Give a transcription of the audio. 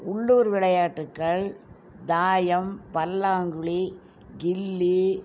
உள்ளூர் விளையாட்டுக்கள் தாயம் பல்லாங்குழி கில்லி